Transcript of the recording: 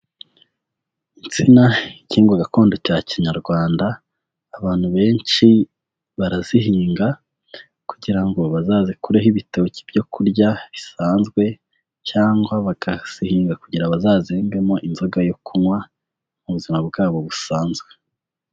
Insina igihingwa gakondo cya kinyarwanda, abantu benshi barazihinga kugira ngo bazazikureho ibitoki byo kurya bisanzwe cyangwa bakazihinga kugira bazazengemo inzoga yo kunywa mu buzima bwabo busanzwe.